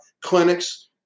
clinics